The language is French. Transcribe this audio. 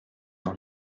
dans